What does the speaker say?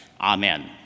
Amen